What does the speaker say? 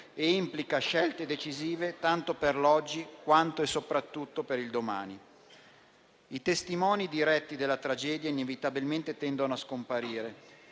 e implica scelte decisive tanto per l'oggi, quanto e soprattutto per il domani. I testimoni diretti della tragedia inevitabilmente tendono a scomparire